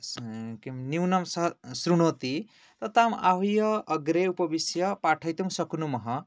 किं न्यूनं सः शृणोति ताम् आहूय अग्रे उपविश्य पाठयितुं शक्नुमः